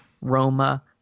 Roma